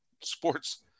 sports